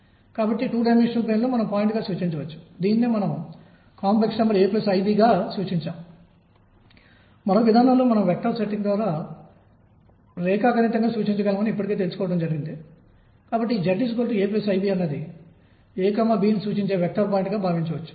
అప్పుడు ఐన్స్టీన్ శక్తి క్వాంటా రూపంలో వచ్చే వికిరణం ఆలోచనను ప్రవేశపెట్టాడు దీనిని మనం ఇప్పుడు ఫోటాన్లు అని పిలుస్తాము